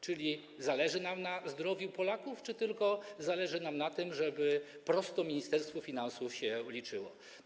Czy zależy nam na zdrowiu Polaków, czy zależy nam tylko na tym, żeby prosto Ministerstwu Finansów się liczyło?